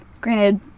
Granted